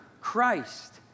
Christ